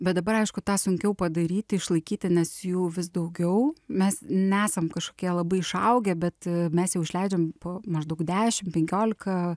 bet dabar aišku tą sunkiau padaryti išlaikyti nes jų vis daugiau mes nesam kažkokie labai išaugę bet mes jau išleidžiam po maždaug dešim penkiolika